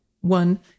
one